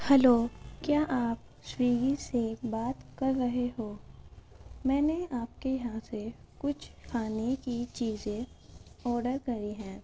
hello کیا آپ سویگی سے بات کر رہے ہو میں نے آپ کے یہاں سے کچھ کھانے کی چیزیں آرڈر کری ہیں